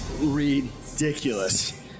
Ridiculous